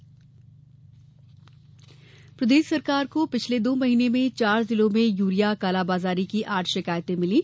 Yadav urea प्रदेश सरकार को पिछले दो महीने में चार जिलों में यूरिया कालाबाजारी की आठ शिकायतें मिलीं